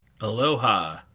Aloha